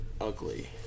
ugly